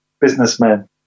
businessmen